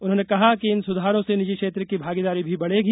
उन्होंने कहा कि इन सुधारों से निजी क्षेत्र की भागीदारी भी बढ़ेगी